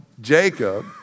Jacob